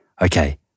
Okay